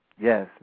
Yes